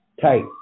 tight